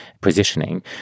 positioning